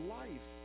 life